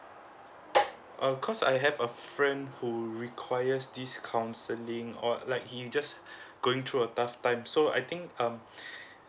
ah cause I have a friend who requires this counselling or like he just going through a tough time so I think um